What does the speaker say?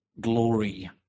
glory